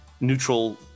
neutral